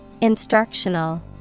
Instructional